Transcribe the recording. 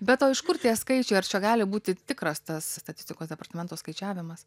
be o iš kur tie skaičiai ar čia gali būti tikras tas statistikos departamento skaičiavimas